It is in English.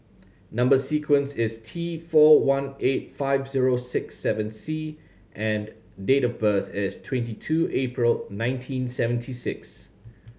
number sequence is T four one eight five zero six seven C and date of birth is twenty two April nineteen seventy six